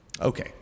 Okay